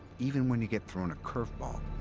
even when you get thrown a curveball.